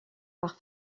par